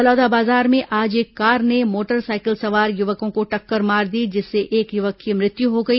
बलौदाबाजार में आज एक कार ने मोटरसाइकिल सवार युवकों को टक्कर मार दी जिससे एक युवक की मृत्यु हो गई